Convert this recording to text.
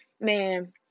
man